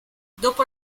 dopo